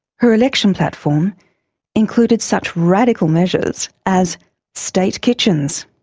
her election platform included such radical measures as state kitchens,